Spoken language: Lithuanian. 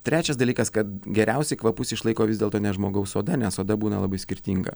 trečias dalykas kad geriausiai kvapus išlaiko vis dėlto ne žmogaus oda nes oda būna labai skirtinga